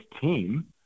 team